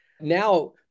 now